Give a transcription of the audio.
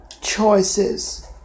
choices